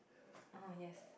oh yes